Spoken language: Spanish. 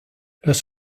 los